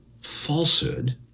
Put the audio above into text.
falsehood